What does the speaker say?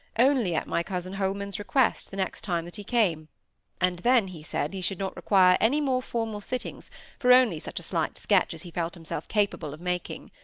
only at my cousin holman's request the next time that he came and then he said he should not require any more formal sittings for only such a slight sketch as he felt himself capable of making.